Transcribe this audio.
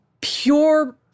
pure